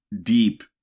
deep